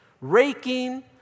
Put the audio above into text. raking